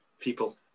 people